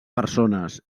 persones